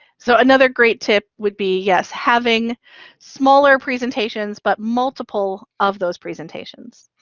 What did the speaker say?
so another great tip would be yes, having smaller presentations, but multiple of those presentations.